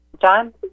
John